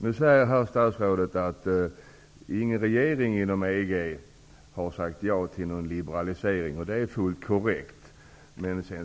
Nu säger herr statsrådet att ingen regering inom EG har sagt ja till någon liberalisering. Det är fullt korrekt.